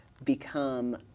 become